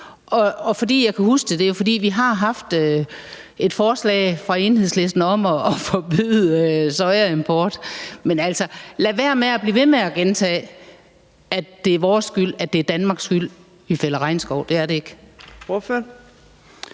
vi har haft et forslag fra Enhedslisten om at forbyde sojaimport. Men lad være med at blive ved med at gentage, at det er vores skyld, at det er Danmarks skyld,